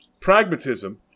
Pragmatism